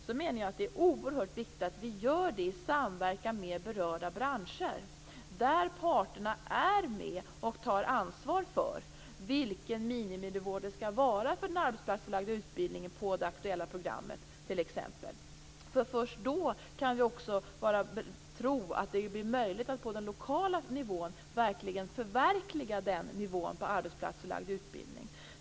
Jag menar att det är oerhört viktigt att vi gör det i samverkan med berörda branscher där parterna är med och tar ansvar t.ex. för vilken miniminivå det skall vara på den arbetsplatsförlagda utbildningen inom det aktuella programmet. Först då kan vi också tro att det blir möjligt att på lokal nivå verkligen förverkliga den nivån på arbetsplatsförlagd utbildning.